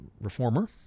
reformer